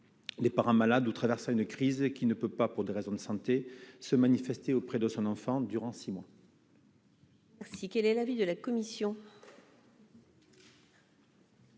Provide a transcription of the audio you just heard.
les parrains, malades ou traversait une crise qui ne peut pas, pour des raisons de santé se manifester auprès de son enfant durant 6 mois.